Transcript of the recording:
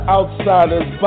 Outsiders